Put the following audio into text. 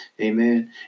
Amen